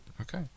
okay